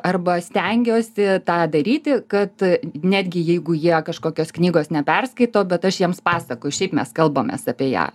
arba stengiuosi tą daryti kad netgi jeigu jie kažkokios knygos neperskaito bet aš jiems pasakoju šiaip mes kalbamės apie ją